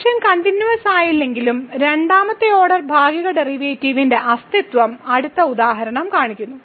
function കണ്ടിന്യൂവസ്സായില്ലെങ്കിലും രണ്ടാമത്തെ order ഭാഗിക ഡെറിവേറ്റീവിന്റെ അസ്തിത്വം അടുത്ത ഉദാഹരണം കാണിക്കുന്നു